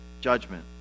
judgment